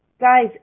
Guys